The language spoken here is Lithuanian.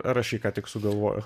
ar aš jį ką tik sugalvojau